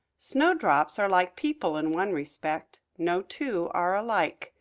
snowdrops are like people in one respect, no two are alike.